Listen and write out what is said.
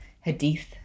Hadith